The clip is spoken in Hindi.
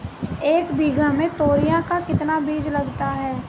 एक बीघा में तोरियां का कितना बीज लगता है?